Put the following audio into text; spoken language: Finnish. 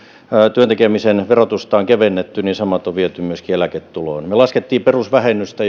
työn tekemisen verotusta on kevennetty niin samat on viety myöskin eläketuloon me laskimme perusvähennystä